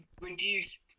reduced